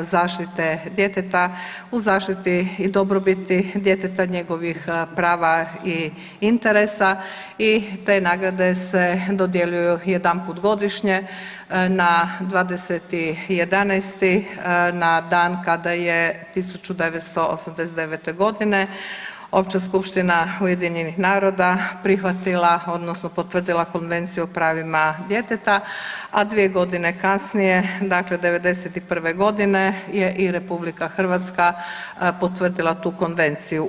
zaštite djeteta u zaštiti i dobrobiti djeteta, njegovih prava i interesa i te nagrade se dodjeljuju jedanput godišnje na 20.11. na dan kada je 1989. godine Opća Skupština UN-a prihvatila, odnosno potvrdila Konvenciju o pravima djeteta, a dvije godine kasnije, dakle '91. godine je i RH potvrdila tu konvenciju.